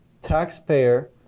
taxpayer